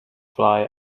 fly